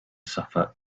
suffer